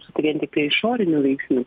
vien tik prie išorinių veiksnių